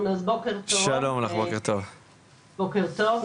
בוקר טוב,